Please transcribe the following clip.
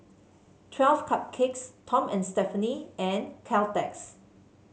Twelve Cupcakes Tom and Stephanie and Caltex